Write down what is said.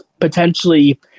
potentially